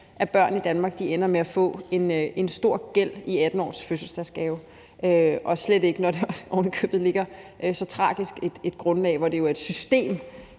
at børn i Danmark ender med at få en stor gæld i 18-årsfødselsdagsgave, og slet ikke når der så ovenikøbet ligger så tragisk et grundlag bag, hvor det jo er et system,